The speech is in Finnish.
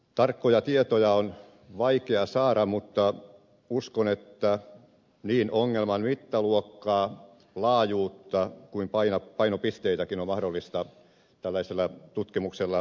tarkkoja tietoja on vaikea saada mutta uskon että niin ongelman mittaluokkaa laajuutta kuin painopisteitäkin on mahdollista tällaisella tutkimuksella selvittää